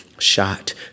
shot